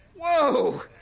Whoa